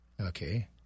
Okay